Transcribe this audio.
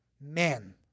men